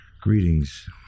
greetings